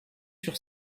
sur